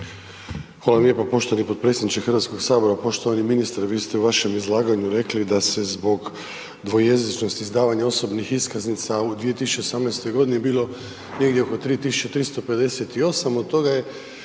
Hvala lijepa poštovani potpredsjedniče Hrvatskog sabora. Poštovani ministre, vi ste u vašem izlaganju rekli da se zbog dvojezičnosti izdavanja osobnih iskaznica u 2018. g. bilo negdje oko 3 358, od toga je